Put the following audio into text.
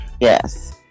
yes